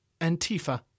Antifa